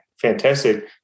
Fantastic